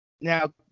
Now